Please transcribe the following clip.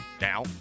Now